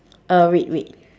uh red red